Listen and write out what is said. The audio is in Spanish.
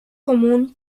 común